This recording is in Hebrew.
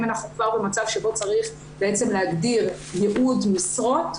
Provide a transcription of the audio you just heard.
אם אנחנו כבר במצב שבו צריך בעצם להגדיר ייעוד משרות,